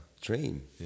train